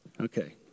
Okay